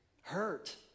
hurt